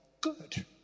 good